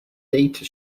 data